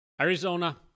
Arizona